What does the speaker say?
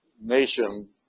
nation